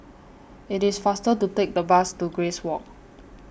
IT IS faster to Take The Bus to Grace Walk